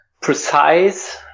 precise